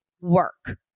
work